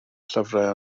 llyfrau